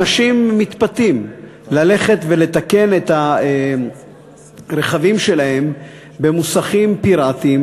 אנשים מתפתים ללכת ולתקן את הרכבים שלהם במוסכים פיראטיים